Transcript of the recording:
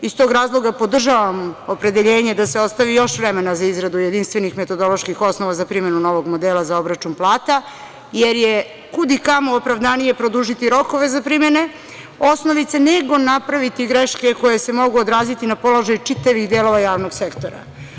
Iz tog razloga, podržavam opredeljenje da se ostavi još vremena za izradu jedinstvenih metodoloških osnova za primenu novog modela za obračun plata, jer je kud i kamo opravdanije produžiti rokove za primene osnovice, nego napraviti greške koje se mogu odraziti na položaj čitavih delova javnog sektora.